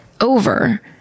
over